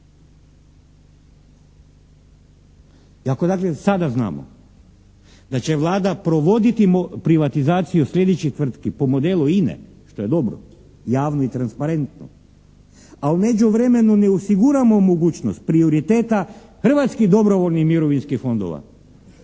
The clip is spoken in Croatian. I ako dakle sada znamo da će Vlada provoditi privatizaciju sljedećih tvrtki po modelu INA-e što je dobro, javno i transparentno, a u međuvremenu ne osiguramo mogućnost prioriteta hrvatskih dobrovoljnih mirovinskih fondova